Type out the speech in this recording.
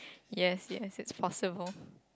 yes yes it's possible